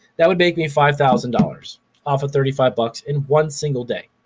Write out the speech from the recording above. that would make me five thousand dollars off of thirty five bucks in one single day.